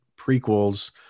prequels